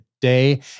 day